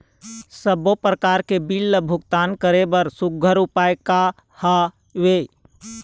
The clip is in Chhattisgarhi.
सबों प्रकार के बिल ला भुगतान करे बर सुघ्घर उपाय का हा वे?